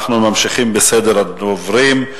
אנחנו ממשיכים בסדר הדוברים.